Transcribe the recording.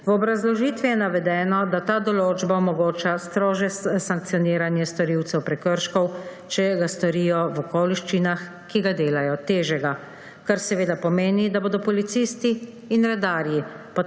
V obrazložitvi je navedeno, da ta določba omogoča strožje sankcioniranje storilcev prekrška, če ga storijo v okoliščinah, ki ga delajo težjega, kar seveda pomeni, da bodo policisti in redarji